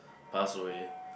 passed away